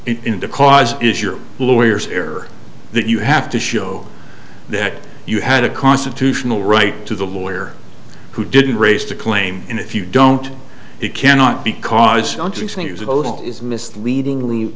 in the cause is your lawyers here that you have to show that you had a constitutional right to the lawyer who didn't raise to claim and if you don't you cannot because it is misleading